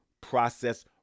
process